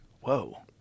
Whoa